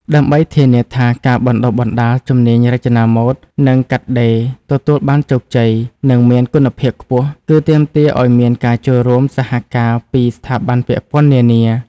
ដើម្បីធានាថាការបណ្តុះបណ្តាលជំនាញរចនាម៉ូដ និងកាត់ដេរទទួលបានជោគជ័យ និងមានគុណភាពខ្ពស់ គឺទាមទារឱ្យមានការចូលរួមសហការពីស្ថាប័នពាក់ព័ន្ធនានា។